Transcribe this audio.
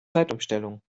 zeitumstellung